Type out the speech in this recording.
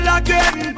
again